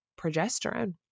progesterone